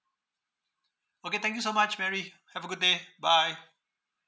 okay thank you so much mary have a good day bye